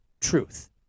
truth